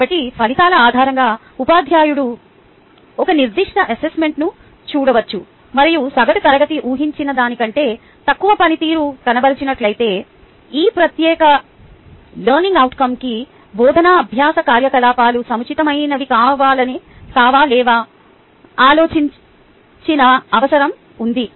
కాబట్టి ఫలితాల ఆధారంగా ఉపాధ్యాయుడు ఒక నిర్దిష్ట అసెస్మెంట్ను చూడవచ్చు మరియు సగటు తరగతి ఊహించిన దాని కంటే తక్కువ పనితీరు కనబరిచినట్లయితే ఈ ప్రత్యేక లెర్నింగ్ అవుట్కంకి బోధనా అభ్యాస కార్యకలాపాలు సముచితమైనవి కావా లేదా ఆలోచించిన అవసరం ఉంది